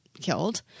killed